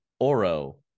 oro